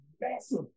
massive